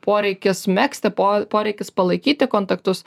poreikis megzti po poreikis palaikyti kontaktus